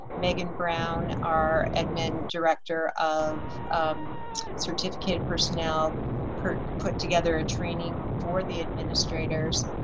megan brown, our admin director of um certificated personnel put put together a training for the administrators,